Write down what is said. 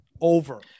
Over